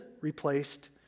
replaced